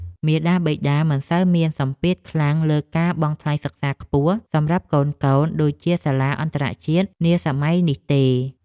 មាតាបិតាមិនសូវមានសម្ពាធខ្លាំងលើការបង់ថ្លៃសិក្សាខ្ពស់សម្រាប់កូនៗដូចជាសាលាអន្តរជាតិនាសម័យនេះទេ។